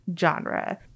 genre